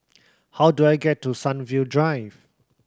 how do I get to Sunview Drive